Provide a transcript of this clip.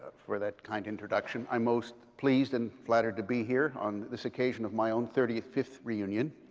for that kind introduction. i'm most pleased and flattered to be here on this occasion of my own thirty fifth reunion.